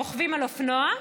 רוכבים על אופנוע.